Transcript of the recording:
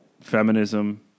feminism